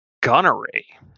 gunnery